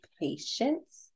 patience